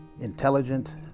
intelligent